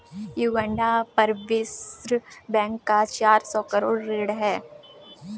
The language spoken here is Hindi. युगांडा पर विश्व बैंक का चार सौ करोड़ ऋण है